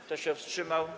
Kto się wstrzymał?